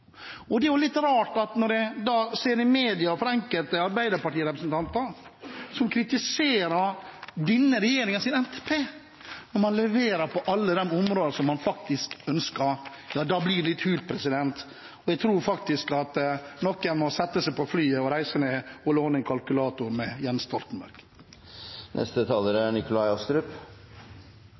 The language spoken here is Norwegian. Da er det jo litt rart når en ser i media at enkelte Arbeiderparti-representanter kritiserer denne regjeringens NTP, når man leverer på alle de områdene som man faktisk ønsker. Ja, da blir det litt hult, og jeg tror faktisk at noen må sette seg på flyet og reise ned og låne en kalkulator av Jens Stoltenberg. Senere i dag – eller kanskje blir det i morgen tidlig – skal vi fatte vedtak om Nasjonal transportplan. Det er